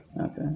Okay